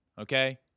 Okay